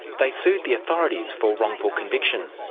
they sued the authorities for wrongful conviction.